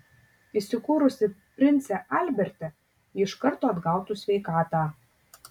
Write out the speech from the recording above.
įsikūrusi prince alberte ji iš karto atgautų sveikatą